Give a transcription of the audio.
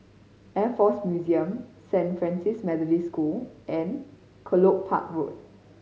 Air Force Museum Saint Francis Methodist School and Kelopak Road